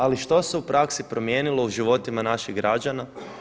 Ali što se u praksi promijenilo u životima naših građana?